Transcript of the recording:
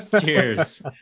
cheers